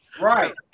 Right